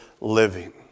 living